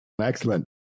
Excellent